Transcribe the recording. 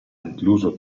incluso